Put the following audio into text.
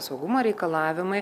saugumo reikalavimai